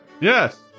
Yes